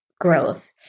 growth